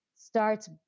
starts